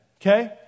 okay